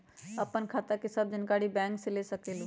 आपन खाता के सब जानकारी बैंक से ले सकेलु?